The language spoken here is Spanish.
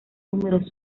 números